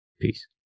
Peace